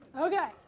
Okay